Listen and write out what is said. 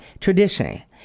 traditionally